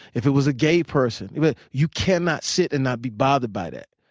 if it was a gay person you cannot sit and not be bothered by that.